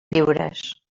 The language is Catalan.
lliures